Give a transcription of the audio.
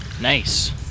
Nice